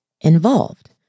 involved